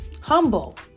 humble